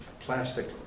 plastic